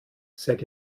seid